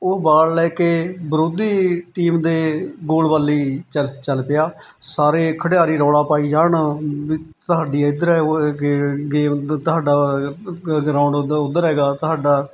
ਉਹ ਬਾਲ ਲੈ ਕੇ ਵਿਰੋਧੀ ਟੀਮ ਦੇ ਗੋਲ ਵੱਲ ਹੀ ਚੱਲ ਚੱਲ ਪਿਆ ਸਾਰੇ ਖਿਡਾਰੀ ਰੌਲਾ ਪਾਈ ਜਾਣ ਵੀ ਤੁਹਾਡੀ ਇੱਧਰ ਹੈ ਗੇ ਗੇਮ ਤੁਹਾਡਾ ਗਰਾਊਂਡ ਉਹਦਾ ਉੱਧਰ ਹੈਗਾ ਤੁਹਾਡਾ